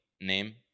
name